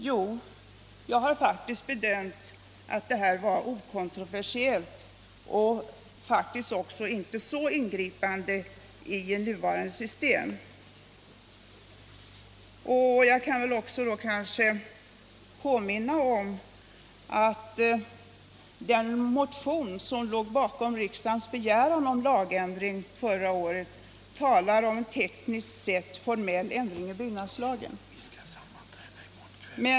Jo, jag har faktiskt bedömt den här frågan som okontroversiell och inte så ingripande i det nuvarande systemet. Jag kan kanske också påminna om att den motion som låg till grund för riksdagens begäran om lagändring förra året talar om en tekniskt sett formell ändring i byggnadslagen.